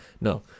No